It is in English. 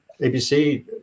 ABC